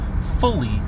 fully